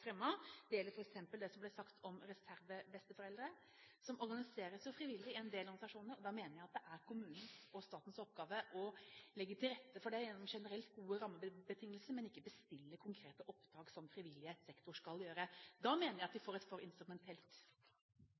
på. Det gjelder f.eks. det som ble sagt om reservebesteforeldre, som organiseres frivillig i en del av organisasjonene. Jeg mener at det er kommunens og statens oppgave å legge til rette for det gjennom generelt gode rammebetingelser, men ikke å bestille konkrete oppdrag som frivillig sektor skal gjøre. Da mener jeg at vi får et for instrumentelt